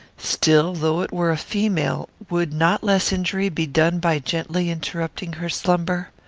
still, though it were a female, would not less injury be done by gently interrupting her slumber?